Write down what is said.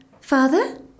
Father